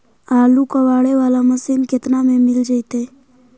आलू कबाड़े बाला मशीन केतना में मिल जइतै?